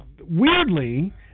Weirdly